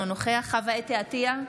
אינו נוכח חוה אתי עטייה,